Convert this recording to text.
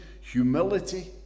humility